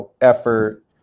effort